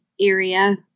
area